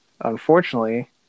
Unfortunately